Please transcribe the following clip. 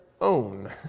own